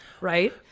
right